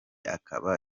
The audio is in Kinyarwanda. akaba